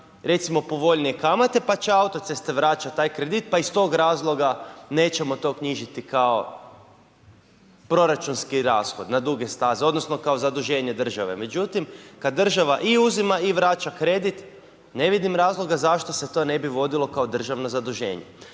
recimo povoljnije kamate pa će autoceste vraćat taj kredit pa iz tog razloga nećemo to knjižiti kao proračunski rashod na duge staze, odnosno kao zaduženje države. Međutim, kad država i uzima i vraća kredit ne vidim razloga zašto se to ne bi vodilo kao državna zaduženja.